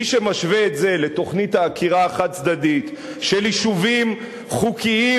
מי שמשווה את זה לתוכנית העקירה החד-צדדית של יישובים חוקיים,